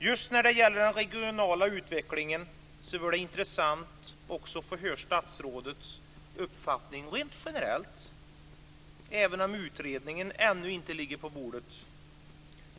Just när det gäller den regionala utvecklingen vore det intressant att få höra statsrådets uppfattning rent generellt, även om utredningen ännu inte ligger på bordet.